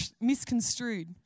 misconstrued